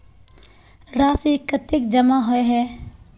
राशि कतेक जमा होय है?